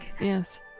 Yes